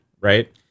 right